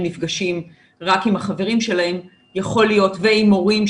נפגשים רק עם החברים שלהם ועם הורים,